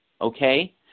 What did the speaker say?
okay